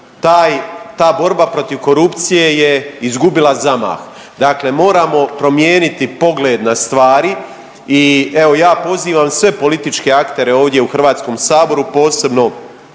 ta borba protiv korupcije je izgubila zamah, dakle moramo promijeniti pogled na stvari i evo ja pozivam sve političke aktere ovdje u HS, posebno